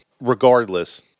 Regardless